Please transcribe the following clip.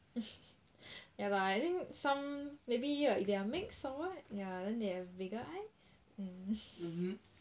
ya lah I think some maybe like they are mix or what ya then they have bigger eyes mm